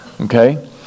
okay